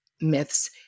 myths